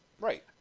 Right